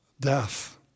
death